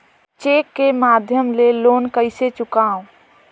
Cheque के माध्यम ले लोन कइसे चुकांव?